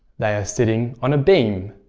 they are sitting on a beam,